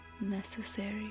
necessary